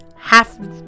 half